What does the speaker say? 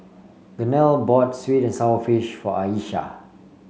Gaynell bought sweet and sour fish for Ayesha